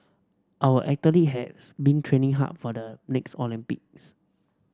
our athlete has been training hard for the next Olympics